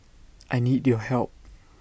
I need your help